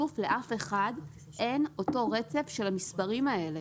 לאף אחד אין את אותו רצף של המספרים האלה.